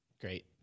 Great